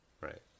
right